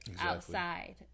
outside